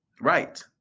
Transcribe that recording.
Right